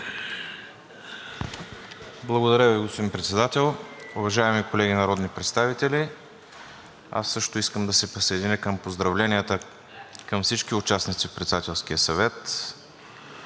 Благодаря Ви, господин Председател. Уважаеми колеги народни представители! Също искам да се присъединя към поздравленията към всички участници в Председателския съвет.